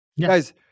Guys